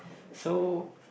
so